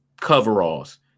coveralls